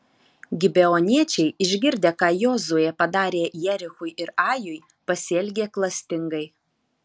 gibeoniečiai išgirdę ką jozuė padarė jerichui ir ajui pasielgė klastingai